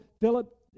Philip